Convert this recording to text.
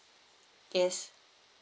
yes